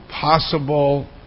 possible